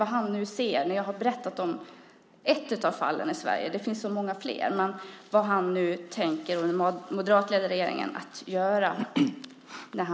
Jag har berättat om ett fall, och det finns många fler. Vad tänker ministern och den moderatledda regeringen nu göra?